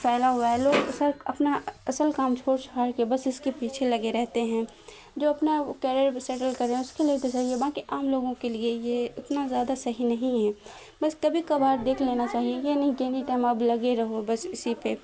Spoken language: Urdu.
پھیلا ہوا ہے لوگ سب اپنا اصل کام چھوڑ چھاڑ کے بس اس کے پیچھے لگے رہتے ہیں جو اپنا کیریئر سیٹل کر رہے ہیں اس کے لیے تو صحیح ہے باقی عام لوگوں کے لیے یہ اتنا زیادہ صحیح نہیں ہے بس کبھی کبھار دیکھ لینا چاہیے یہ نہیں کہ اینی ٹائم اب لگے رہو بس اسی پہ